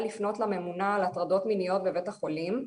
לפנות לממונה על הטרדות מיניות בבית החולים,